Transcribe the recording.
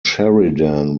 sheridan